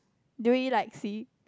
do we like see